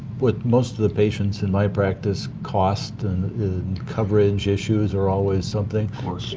with most of the patients in my practice, cost and coverage issues are always something.